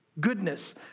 goodness